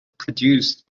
produced